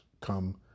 come